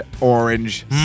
orange